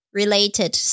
related